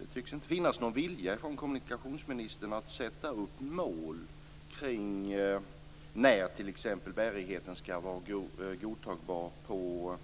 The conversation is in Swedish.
inte tycks finnas någon vilja från kommunikationsministerns sida att sätta upp mål kring t.ex. när bärigheten skall vara godtagbar på